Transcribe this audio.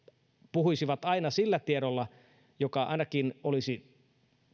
puhuisivat aina sillä tiedolla joka ainakin olisi